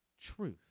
truth